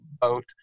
vote